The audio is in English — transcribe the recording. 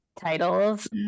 titles